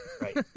Right